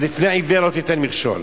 אז בפני עיוור לא תיתן מכשול.